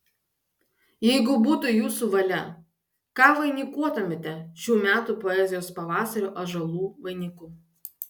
jeigu būtų jūsų valia ką vainikuotumėte šių metų poezijos pavasario ąžuolų vainiku